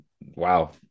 wow